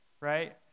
right